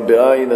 עין בעין,